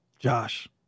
Josh